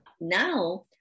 Now